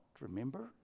remember